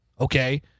okay